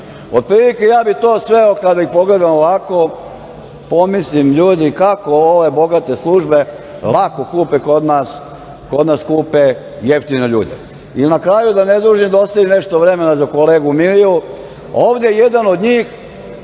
vazduha. Otprilike ja bih to sveo kada ih pogledam ovako pomislim – ljudi, kako ove bogate službe lako kupe kod nas skupe, jeftine ljude. Na kraju, da ne dužim, da ostavim nešto vremena za kolegu Miliju, ovde jedan od njih